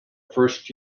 first